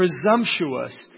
presumptuous